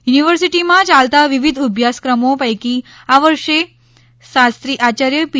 યુનિવર્સિટીમાં ચાલતાં વિવિધ અભ્યાસક્રમો પૈકી આ વર્ષે શાસ્ત્રી આચાર્ય પી